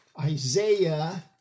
Isaiah